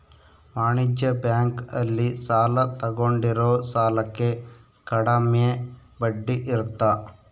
ವಾಣಿಜ್ಯ ಬ್ಯಾಂಕ್ ಅಲ್ಲಿ ಸಾಲ ತಗೊಂಡಿರೋ ಸಾಲಕ್ಕೆ ಕಡಮೆ ಬಡ್ಡಿ ಇರುತ್ತ